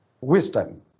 wisdom